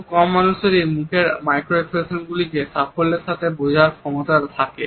খুব কম মানুষেরই মুখের মাইক্রোএক্সপ্রেশন গুলিকে সাফল্যের সাথে বোঝার ক্ষমতা থাকে